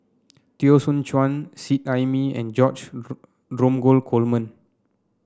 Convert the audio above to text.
Teo Soon Chuan Seet Ai Mee and George Dromgold Coleman